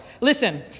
Listen